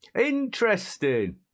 Interesting